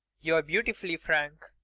you're beautifully frank.